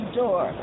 door